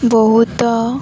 ବହୁତ